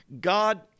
God